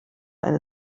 eine